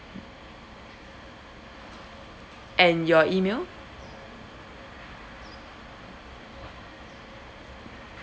and your email